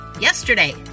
yesterday